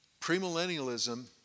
premillennialism